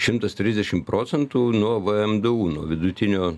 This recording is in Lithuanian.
šimtas trisdešim procentų nuo vmdu nuo vidutinio